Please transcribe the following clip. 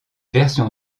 versions